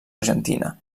argentina